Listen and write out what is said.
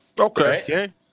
okay